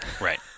Right